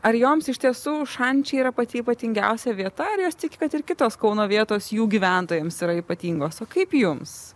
ar joms iš tiesų šančiai yra pati ypatingiausia vieta ar jos tiki kad ir kitos kauno vietos jų gyventojams yra ypatingos o kaip jums